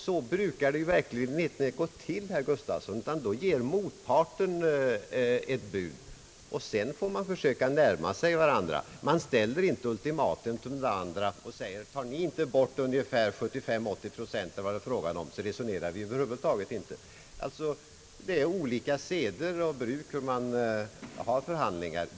Enligt min uppfattning är detta icke förhandlingar, herr Gustavsson. Så brukar det verkligen inte gå till, utan man får försöka närma sig varandra. Man ställer inte ultimatum som innebär att motparten skall pruta 75— 80 procent — eller vad det är fråga om — med tillägget att annars resonerar man över huvud taget inte. Det är olika seder och bruk i fråga om hur man för förhandlingar.